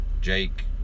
Jake